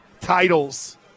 titles